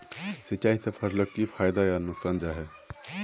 सिंचाई से फसलोक की फायदा या नुकसान जाहा?